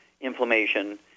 inflammation